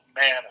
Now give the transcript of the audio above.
man